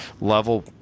level